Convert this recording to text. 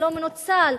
שלא מנוצל,